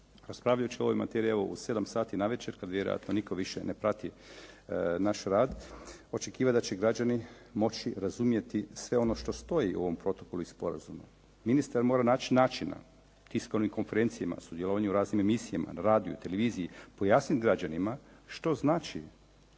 raspravljajući o ovoj materiji u sedam sati navečer kada vjerojatno više nitko ne prati naš rad očekivati da će građani moći razumjeti sve ono što stoji u ovom protokolu i sporazumu. Ministar mora naći načina, tiskovnim konferencijama, sudjelovanja u raznim emisijama, na radiju, televiziji, pojasniti građanima što znači